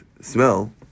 smell